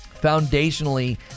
Foundationally